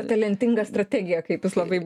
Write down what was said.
talentinga strategija kaip jūs labai